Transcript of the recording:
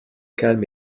calme